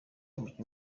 umukinnyi